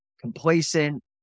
complacent